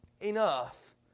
enough